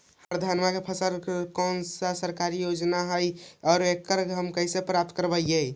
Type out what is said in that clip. हमर धान के फ़सल ला कौन सा सरकारी योजना हई और एकरा हम कैसे प्राप्त करबई?